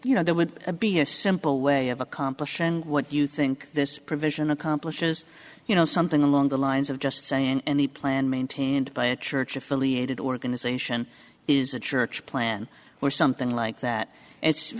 you know there would be a simple way of accomplishing what you think this provision accomplishes you know something along the lines of just saying and the plan maintained by a church affiliated organization is a church plan or something like that it's